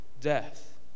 death